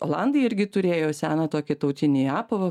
olandai irgi turėjo seną tokį tautinį apavą